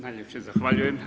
Najljepše zahvaljujem.